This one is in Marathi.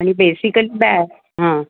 आणि बेसिकली बॅ हां